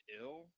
ill